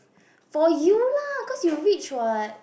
for you lah cause you rich [what]